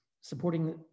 supporting